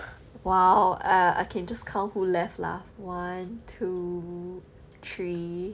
!wow! err I can just count who left lah one two three